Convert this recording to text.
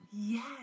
Yes